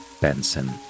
Benson